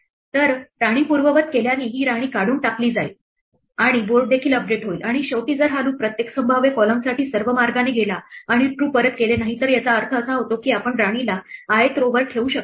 तर राणी पूर्ववत केल्याने ही राणी काढून टाकली जाईल आणि बोर्ड देखील अपडेट होईल आणि शेवटी जर हा लूप प्रत्येक संभाव्य column साठी सर्व मार्गाने गेला आणि true परत केले नाही तर याचा अर्थ असा होतो की आपण राणीला i th row वर ठेवू शकत नाही